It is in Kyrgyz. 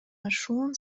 ашуун